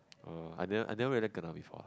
err I never I never really kenna before